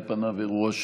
על פניו, האירוע,